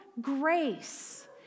grace